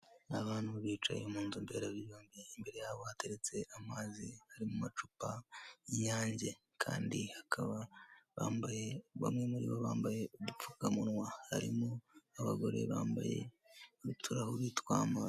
Abantu bicaye mu mberabyombi, imbere yabo hateretse amazi ari mu macupa y'inyange, kandi hakaba bamwe muri bo bambaye udupfukamunwa, harimo abagore bambaye uturahuri tw'amaso.